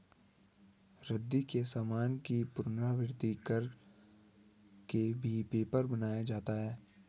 रद्दी के सामान की पुनरावृति कर के भी पेपर बनाया जाता है